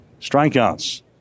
strikeouts